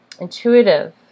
intuitive